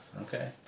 Okay